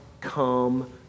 come